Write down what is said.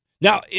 Now